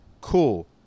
Cool